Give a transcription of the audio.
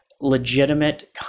legitimate